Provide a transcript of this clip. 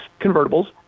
convertibles